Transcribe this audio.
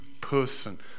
person